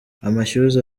amashyuza